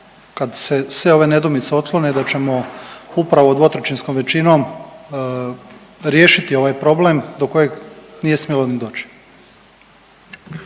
kad se sve ove nedoumice otklone, da ćemo upravo dvotrećinskom većinom riješiti ovaj problem do kojeg nije smjelo ni doći.